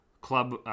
club